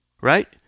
right